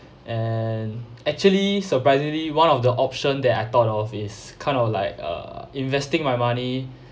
and actually surprisingly one of the option that I thought of is kind of like uh investing my money